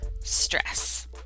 stress